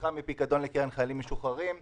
משיכה מפיקדון לקרן חיילים משוחררים וכו'.